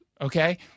Okay